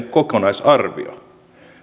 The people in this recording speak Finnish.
kokonaisarvio